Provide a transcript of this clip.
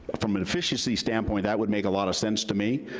ah from an efficiency standpoint, that would make a lot of sense to me.